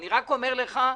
אני רק אומר לך,